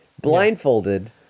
Blindfolded